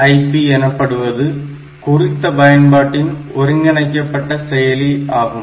ASIP எனப்படுவது குறித்த பயன்பாட்டின் ஒருங்கிணைக்கப்பட்ட செயலிகள் ஆகும்